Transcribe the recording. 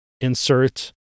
insert